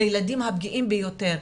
לילדים הפגיעים ביותר.